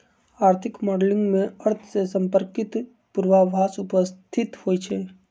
आर्थिक मॉडलिंग में अर्थ से संपर्कित पूर्वाभास उपस्थित होइ छइ